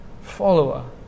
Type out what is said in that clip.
follower